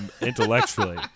intellectually